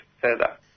further